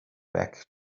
back